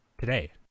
today